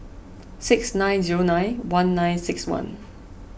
six nine zero nine one nine six one